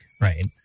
right